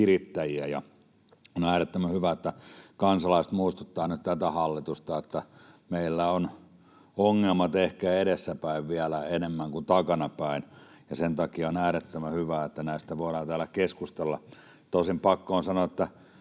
kirittäjiä. On äärettömän hyvä, että kansalaiset muistuttavat nyt tätä hallitusta, että meillä ovat ongelmat ehkä edessä päin vielä enemmän kuin takana päin. Sen takia on äärettömän hyvä, että näistä voidaan täällä keskustella. Tosin pakko on sanoa, että